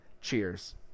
Cheers